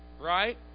right